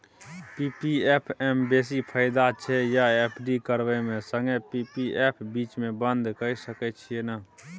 P P F म बेसी फायदा छै या एफ.डी करबै म संगे पी.पी एफ बीच म बन्द के सके छियै न?